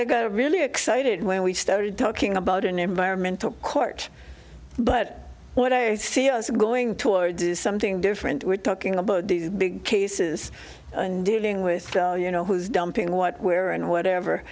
and really excited when we started talking about an environmental court but what i see us going towards is something different we're talking about big cases dealing with you know who's dumping what where and whatever